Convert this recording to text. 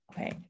Okay